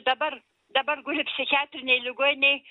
dabar dabar guli psichiatrinėj ligoninėj